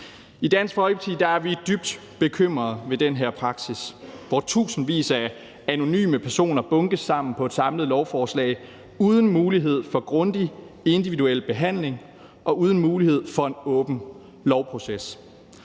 I Dansk Folkeparti er vi dybt bekymrede over den her praksis, hvor tusindvis af anonyme personer bunkes sammen på et samlet lovforslag uden mulighed for grundig, individuel behandling og uden mulighed for en åben lovproces,